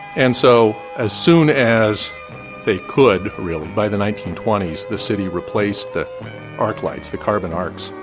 and so as soon as they could, really, by the nineteen twenty s the city replaced the arc lights, the carbon arcs,